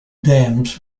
dams